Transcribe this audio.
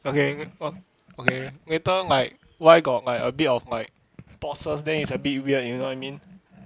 okay okay later like why got like a bit of like pauses then is a bit weird you know what I mean